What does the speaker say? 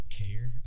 care